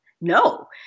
no